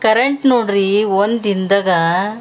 current ನೋ ಒಂದ್ ದಿನ್ದಾಗ